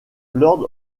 lord